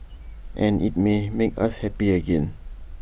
and IT may even make us happy again